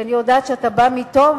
כי אני יודעת שאתה בא מטוב,